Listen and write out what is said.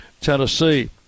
Tennessee